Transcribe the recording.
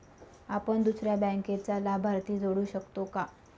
आपण दुसऱ्या बँकेचा लाभार्थी जोडू शकतो का?